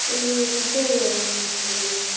ᱤᱧ ᱥᱩᱥᱟᱹᱨᱤᱭᱟᱹ ᱢᱟᱱᱚᱛᱟᱱ ᱠᱟᱹᱱᱟᱹᱧ